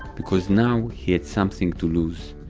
because now he had something to lose,